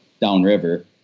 downriver